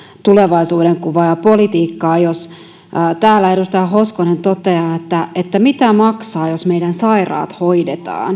tulevaisuudenkuvaa ja politiikkaa jos täällä edustaja hoskonen toteaa että mitä maksaa jos meidän sairaat hoidetaan